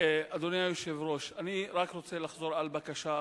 אדוני היושב-ראש, אני רק רוצה לחזור על בקשה אחת,